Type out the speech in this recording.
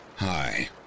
Hi